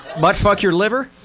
butt fuck your liver,